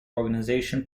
organization